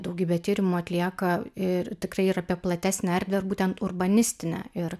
daugybę tyrimų atlieka ir tikrai ir apie platesnę erdvę ir būtent urbanistinę ir